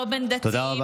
לא בין דתיים